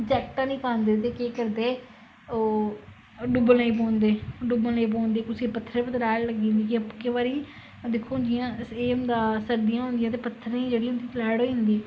jacket है नी पांदे ते केह् करदे ओह् डुब्बन लेई पौंदे डुब्बन लेई पौंदे उसी पत्थरें उप्पर तलैह्ट लग्गी जंदी केंई बारी दिक्खो हून जियां होंदा सर्दियां होदियां ते पत्थरें च जेहड़ी होंदी तलैह्ट होई जंदी